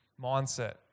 mindset